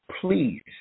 please